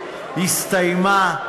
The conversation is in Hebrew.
הסתיימה,